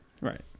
Right